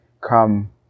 come